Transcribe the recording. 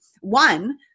One